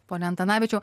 pone antanavičiau